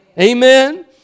Amen